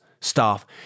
staff